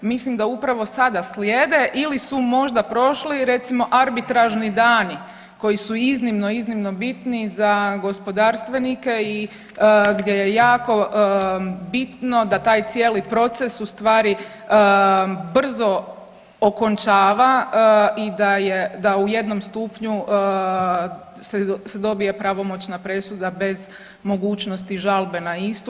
Mislim da upravo sada slijede ili su možda prošli recimo arbitražni dani koji su iznimno, iznimno bitni za gospodarstvenike i gdje je jako bitno da taj cijeli proces ustvari brzo okončava i da u jednom stupnju se dobije pravomoćna presuda bez mogućnosti žalbe na istu.